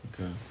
Okay